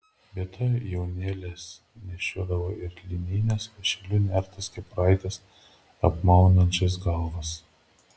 be to jaunėlės nešiodavo ir linines vąšeliu nertas kepuraites apmaunančias galvas